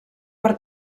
per